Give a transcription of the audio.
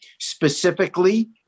Specifically